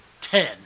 ten